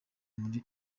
muri